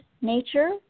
nature